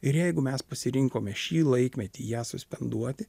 ir jeigu mes pasirinkome šį laikmetį ją suspenduoti